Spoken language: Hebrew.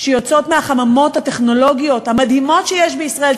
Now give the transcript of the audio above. שיוצאות מהחממות הטכנולוגיות המדהימות שיש בישראל,